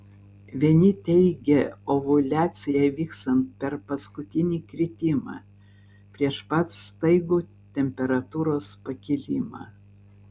vieni teigia ovuliaciją vykstant per paskutinį kritimą prieš pat staigų temperatūros pakilimą